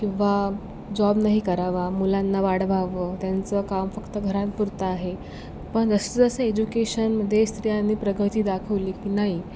किंवा जॉब नाही करावा मुलांना वाढवावं त्यांच काम फक्त घरांपुरतं आहे पण जसं जसं एज्युकेशनमध्ये स्त्रियांनी प्रगती दाखवली की नाही